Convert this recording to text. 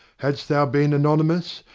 hadst thou been anonymous,